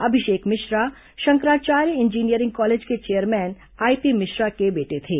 अभिषेक Mishra Shankaracharya engineering college के chairman IP Mishra के बेटे थे